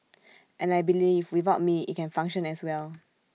and I believe without me IT can function as well